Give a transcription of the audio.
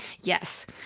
Yes